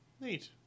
Neat